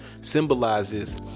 Symbolizes